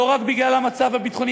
לא רק בגלל המצב הביטחוני.